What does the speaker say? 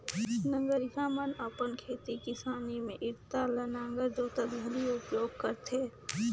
नगरिहा मन अपन खेती किसानी मे इरता ल नांगर जोतत घनी उपियोग करथे